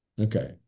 Okay